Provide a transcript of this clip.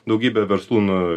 daugybė verslų nu